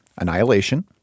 Annihilation